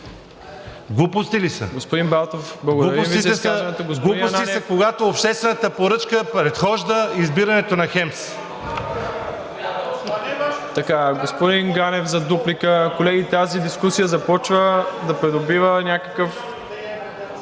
АСЕН БАЛТОВ: Глупости са, когато обществената поръчка предхожда избирането на ХЕМС.